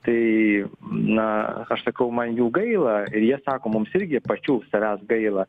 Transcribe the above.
tai na aš sakau man jų gaila ir jie sako mums irgi pačių savęs gaila